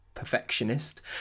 perfectionist